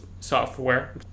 software